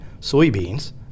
soybeans